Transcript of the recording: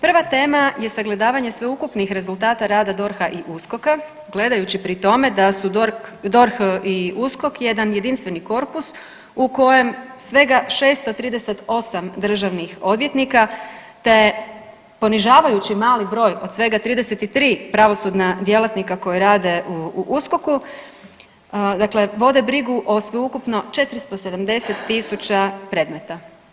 Prva tema je sagledavanje sveukupnih rezultata rada DORH-a i USKOK-a gledajući pri tome da su DORH i USKOK jedan jedinstveni korpus u kojem svega 638 državnih odvjetnika, te ponižavajuće mali broj od svega 33 pravosudna djelatnika koji rade u USKOK-u, dakle vode brigu o sveukupno 470 000 predmeta.